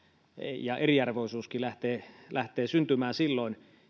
ja eriarvoisuuskin lähtee lähtee syntymään silloin